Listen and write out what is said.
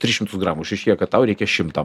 tris šimtus gramų išaiškėja kad tau reikia šimto